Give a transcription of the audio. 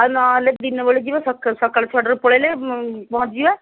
ଆଉ ନହେଲେ ଦିନ ବେଳେ ଯିବା ସକାଳ ସକାଳ ଛଅଟାରେ ପଳାଇଲେ ପହଞ୍ଚି ଯିବା